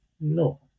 No